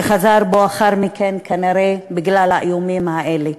וחזר בו לאחר מכן, כנראה בגלל האיומים האלה.